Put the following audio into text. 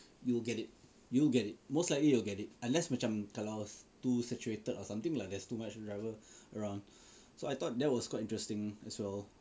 you will get it you will get it most likely you will get it unless macam kalau too saturated or something lah there's too much driver around so I thought that was quite interesting as well